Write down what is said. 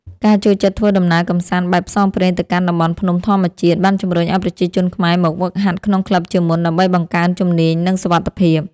ការចូលចិត្តធ្វើដំណើរកម្សាន្តបែបផ្សងព្រេងទៅកាន់តំបន់ភ្នំធម្មជាតិ បានជំរុញឱ្យប្រជាជនខ្មែរមកហ្វឹកហាត់ក្នុងក្លឹបជាមុន ដើម្បីបង្កើនជំនាញ និងសុវត្ថិភាព។